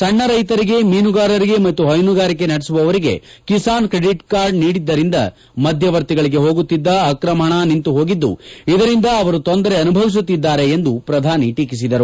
ಸಣ್ಣ ರೈತರಿಗೆ ಮೀನುಗಾರರಿಗೆ ಮತ್ತು ಹೈನುಗಾರಿಕೆ ನಡೆಸುವವರಿಗೆ ಕಿಸಾನ್ ಕ್ರೆಡಿಟ್ ಕಾರ್ಡ್ ನೀಡಿದ್ದರಿಂದ ಮಧ್ಯವರ್ತಿಗಳಿಗೆ ಹೋಗುತ್ತಿದ್ದ ಅಕ್ರಮ ಹಣ ನಿಂತು ಹೋಗಿದ್ದು ಇದರಿಂದ ಅವರು ತೊಂದರೆ ಅನುಭವಿಸುತ್ತಿದ್ದಾರೆ ಎಂದು ಟೀಕಿಸಿದರು